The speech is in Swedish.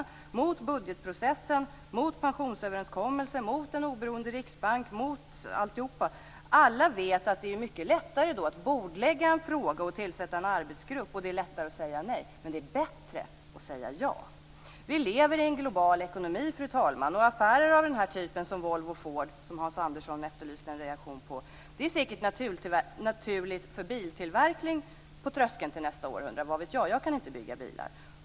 De är mot budgetprocessen, mot pensionsöverenskommelsen, mot en oberoende riksbank - mot alltihop. Alla vet att det är mycket lättare att bordlägga en fråga och tillsätta en arbetsgrupp, och det är lättare att säga nej. Men det är bättre att säga ja. Vi lever i en global ekonomi, fru talman, och affärer av typen Volvo-Ford, som Hans Andersson efterlyste en reaktion på, är säkert naturliga för biltillverkning på tröskeln till nästa århundrade, vad vet jag. Jag kan inte bygga bilar.